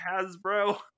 hasbro